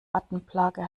rattenplage